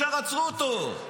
ישר עצרו אותו.